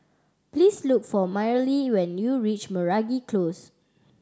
please look for Myrle when you reach Meragi Close